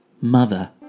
Mother